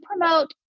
promote